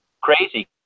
Crazy